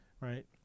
Right